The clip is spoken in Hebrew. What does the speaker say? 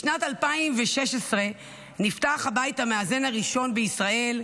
בשנת 2016 נפתח הבית המאזן הראשון בישראל,